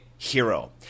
Hero